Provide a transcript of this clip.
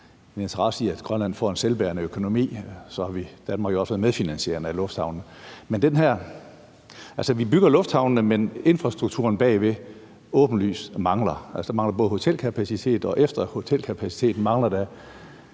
en interesse i, at Grønland får en selvbærende økonomi, så vil Danmark jo også være medfinansierende af lufthavnene. Vi bygger lufthavnene, mens infrastrukturen bagved åbenlyst mangler. Altså, der mangler hotelkapacitet, og ud over hotelkapacitet mangler der